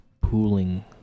pooling